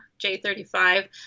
J35